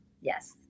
yes